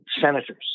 senators